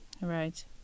Right